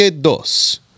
dos